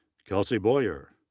kelsey bowyer,